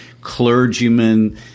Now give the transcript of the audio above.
clergymen